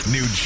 New